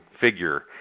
figure